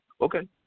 okay